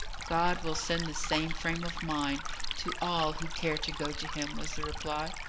god will send the same frame of mind to all who care to go to him, was the reply.